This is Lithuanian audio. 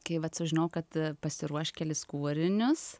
kai vat sužinojau kad pasiruošt kelis kūrinius